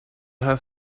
have